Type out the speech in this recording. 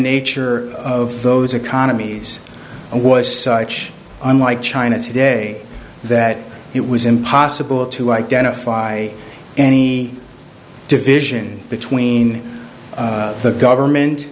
nature of those economies was such unlike china today that it was impossible to identify any division between the government